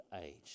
age